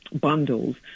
bundles